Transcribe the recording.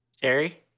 Terry